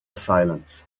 silence